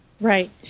right